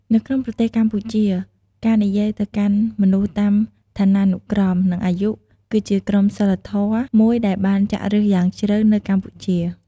នៅក្នុងប្រទេសកម្ពុជា ការនិយាយទៅកាន់មនុស្សតាមឋានានុក្រម និងអាយុ គឺជាក្រមសីលធម៌មួយដែលបានចាក់ឫសយ៉ាងជ្រៅនៅកម្ពុជា។